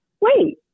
wait